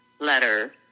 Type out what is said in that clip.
letter